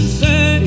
say